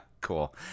Cool